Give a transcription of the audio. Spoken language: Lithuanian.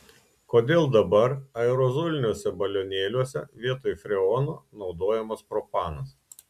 kodėl dabar aerozoliniuose balionėliuose vietoj freono naudojamas propanas